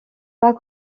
pas